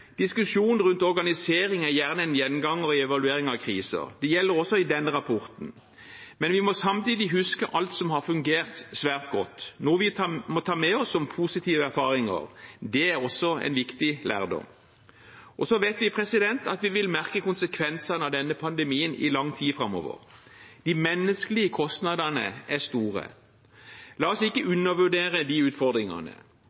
Diskusjonen rundt organisering er gjerne en gjenganger i evaluering av kriser. Det gjelder også i denne rapporten. Men vi må samtidig huske alt som har fungert svært godt, noe vi må ta med oss som positive erfaringer. Det er også en viktig lærdom. Så vet vi at vi vil merke konsekvensene av denne pandemien i lang tid framover. De menneskelige kostnadene er store. La oss ikke